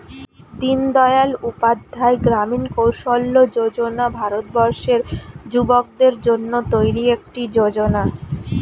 দিনদয়াল উপাধ্যায় গ্রামীণ কৌশল্য যোজনা ভারতবর্ষের যুবকদের জন্য তৈরি একটি যোজনা